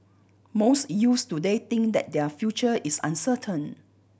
most youths today think that their future is uncertain